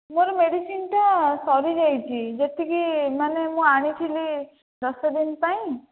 ମୋ'ର ମେଡ଼ିସିନଟା ସରିଯାଇଛି ଯେତିକି ମାନେ ମୁଁ ଆଣିଥିଲି ଦଶ ଦିନ ପାଇଁ